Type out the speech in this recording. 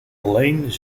alleen